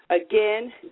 again